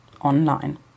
online